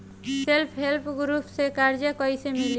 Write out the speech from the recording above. Self help group से कर्जा कईसे मिली?